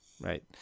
Right